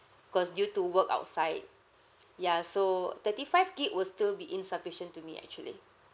because due to work outside ya so thirty five gigabyte will still be insufficient to me actually